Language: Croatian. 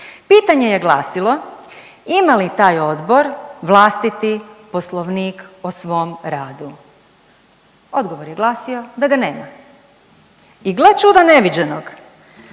Pitanje je glasilo, ima li taj odbor vlastiti poslovnik o svom radu. Odgovor je glasio da ga nema. I gle čuda neviđenog